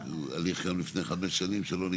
הליך היה קיים לפני חמש שנים שלא נגמר.